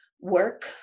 work